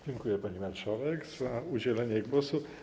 Dziękuję, pani marszałek, za udzielenie głosu.